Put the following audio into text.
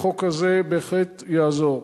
החוק הזה בהחלט יעזור.